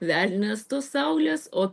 velnias tos saulės o